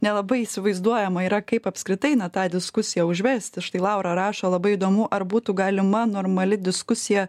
nelabai įsivaizduojama yra kaip apskritai na tą diskusiją užvesti štai laura rašo labai įdomu ar būtų galima normali diskusija